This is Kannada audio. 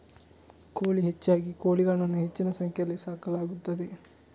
ಕೋಳಿ ಹೆಚ್ಚಾಗಿ ಕೋಳಿಗಳನ್ನು ಹೆಚ್ಚಿನ ಸಂಖ್ಯೆಯಲ್ಲಿ ಸಾಕಲಾಗುತ್ತದೆ